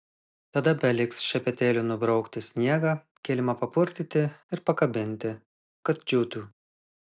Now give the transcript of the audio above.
tada teliks šepetėliu nubraukti sniegą kilimą papurtyti ir pakabinti kad džiūtų